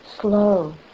Slow